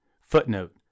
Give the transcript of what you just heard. Footnote